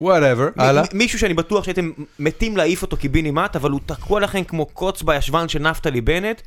What ever, הלאה, מישהו שאני בטוח שאתם מתים להעיף אותו קיבינימט אבל הוא תקוע לכם כמו קוץ בישבן של נפטלי בנט